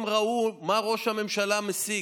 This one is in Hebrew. הם ראו מה ראש הממשלה משיג,